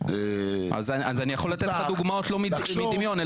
אז אני יכול לתת לך דוגמאות לא מדמיון,